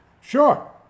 Sure